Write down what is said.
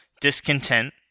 discontent